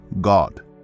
God